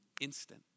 instant